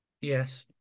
Yes